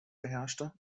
beherrschte